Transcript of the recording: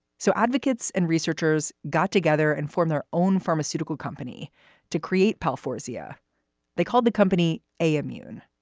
so advocates and researchers got together and formed their own pharmaceutical company to create pal fawzia they called the company a immune